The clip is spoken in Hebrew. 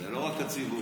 זה לא רק בציבור,